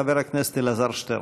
חבר הכנסת אלעזר שטרן.